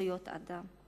ובזכויות אדם.